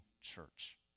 church